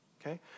okay